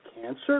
cancer